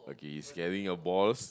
okay he's scaring your balls